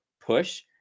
push